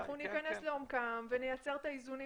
שניכנס לעומקם של דברים ונייצר את האיזונים